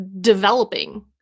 developing